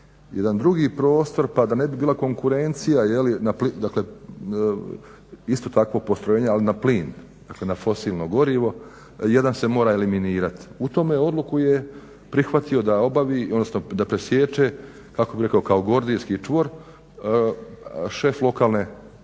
jedan drugi prostor pa da ne bi bila konkurencija, dakle isto takvo postrojenje ali na plin, dakle na fosilno gorivo. Jedan se mora eliminirati. U tome odluku je prihvatio da obavi odnosno da presiječe kako bi rekao kao gordijski čvor šef lokalne odnosno